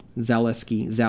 Zaleski